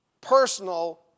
personal